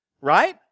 Right